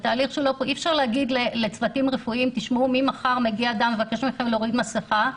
אי אפשר להגיד לצוותים רפואיים שממחר מבקשים מהם להוריד מסכה.